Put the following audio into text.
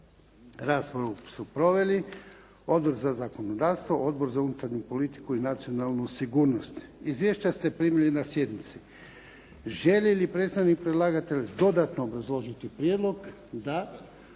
Raspravu su proveli Odbor za zakonodavstvo, Odbor za unutarnju politiku i nacionalnu sigurnost. Izvješća ste primili na sjednici. Želi li predstavnik predlagatelja dodatno obrazložiti prijedlog? Da.